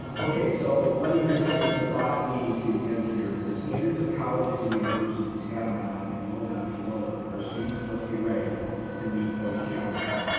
okay, so let me just finish the thought leading to the end here. the standards of colleges and universities have not, and will not be lowered. our students must be ready to meet those challenges.